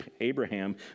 Abraham